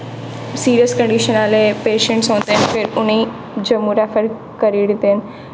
serious condition आह्ले patient होंदे फिर उ'नेंगी जम्मू रैफर करी ओड़दे न